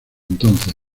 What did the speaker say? entonces